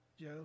Joe